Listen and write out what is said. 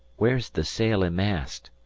where's the sail and mast?